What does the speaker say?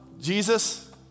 Jesus